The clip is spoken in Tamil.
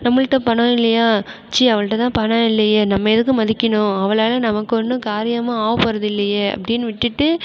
நம்மகிட்ட பணம் இல்லையா ச்சீ அவள்கிட்டதான் பணம் இல்லையே நம்ம எதுக்கு மதிக்கணும் அவளால் நமக்கு ஒன்றும் காரியமும் ஆக போவதில்லையே அப்படின் விட்டுவிட்டு